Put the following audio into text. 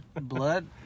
blood